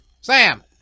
sam